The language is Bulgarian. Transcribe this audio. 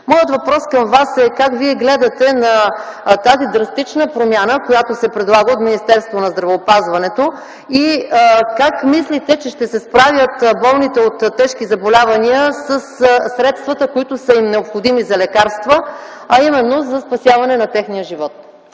Моят въпрос към Вас е: как Вие гледате на тази драстична промяна, която се предлага от Министерството на здравеопазването и как мислите, че ще се справят болните от тежки заболявания със средствата, които са им необходими за лекарства, а именно за спасяване на техния живот?